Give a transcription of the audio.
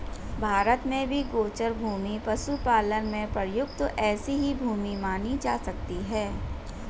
भारत में भी गोचर भूमि पशुपालन में प्रयुक्त ऐसी ही भूमि मानी जा सकती है